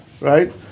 Right